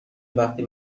وقتی